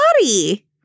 body